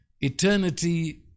Eternity